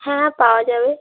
হ্যাঁ পাওয়া যাবে